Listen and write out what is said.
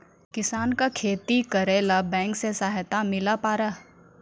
किसान का खेती करेला बैंक से सहायता मिला पारा?